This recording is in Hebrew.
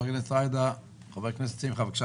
חבר הכנסת רוטמן, בבקשה.